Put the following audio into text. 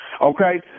Okay